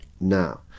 now